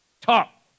Talk